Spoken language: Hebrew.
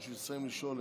עד שהוא יסיים לשאול,